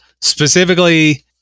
specifically